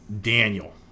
Daniel